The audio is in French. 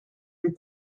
nous